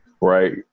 right